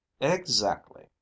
Exactly